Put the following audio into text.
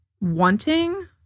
wanting